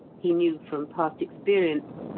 he knew from past experience,